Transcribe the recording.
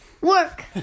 work